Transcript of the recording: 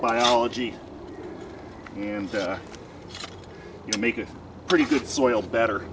biology and you make a pretty good soil better